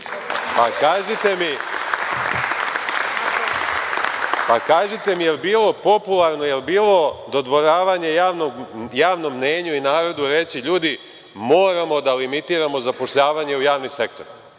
SNS. Pa kažite mi jel bilo popularno, jel bilo dodvoravanje javnom mnenju i narodu reći – ljudi, moramo da limitiramo zapošljavanje u javni sektor,